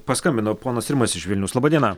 paskambino ponas rimas iš vilniaus laba diena